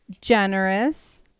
generous